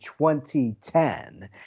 2010